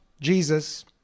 Jesus